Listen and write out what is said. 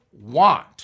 want